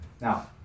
Now